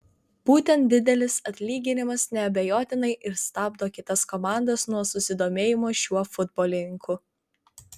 būtent didelis atlyginimas neabejotinai ir stabdo kitas komandas nuo susidomėjimo šiuo futbolininku